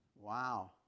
Wow